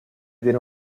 tiene